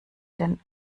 den